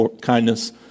kindness